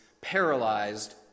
paralyzed